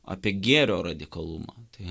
apie gėrio radikalumą tai